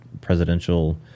presidential